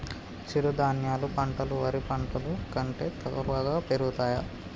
చిరుధాన్యాలు పంటలు వరి పంటలు కంటే త్వరగా పెరుగుతయా?